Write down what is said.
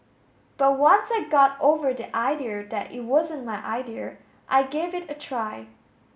but once I got over the idea that it wasn't my idea I gave it a try